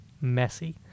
messy